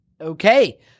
okay